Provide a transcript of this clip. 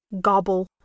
gobble